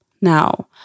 Now